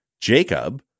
Jacob